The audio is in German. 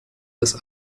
des